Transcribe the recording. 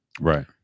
right